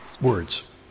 words